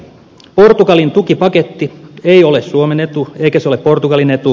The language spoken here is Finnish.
portugalin tukipaketti ei ole suomen etu eikä se ole portugalin etu